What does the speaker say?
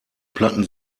platten